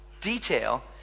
detail